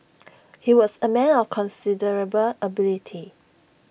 he was A man of considerable ability